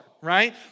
right